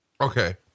Okay